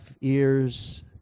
ears